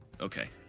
okay